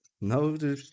no